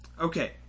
Okay